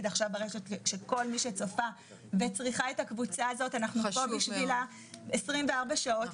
עכשיו ברשת שכל י שצפה וצריכה את הקבוצה הזאת אנחנו פה בשבילה 24 שעות,